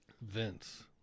Vince